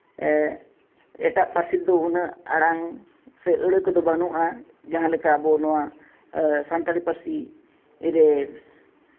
ᱮᱴᱟᱜ ᱯᱟᱹᱨᱥᱤ ᱫᱚ ᱩᱱᱟᱹᱜ ᱟᱲᱟᱝ ᱥᱮ ᱟᱹᱲᱟᱹ ᱠᱚᱫᱚ ᱵᱟᱹᱱᱩᱜᱼᱟ ᱡᱟᱦᱟᱸ ᱞᱮᱠᱟ ᱟᱵᱚ ᱱᱚᱣᱟ ᱥᱟᱱᱛᱟᱲᱤ ᱯᱟᱹᱨᱥᱤ ᱨᱮ